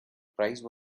prize